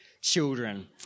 children